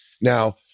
Now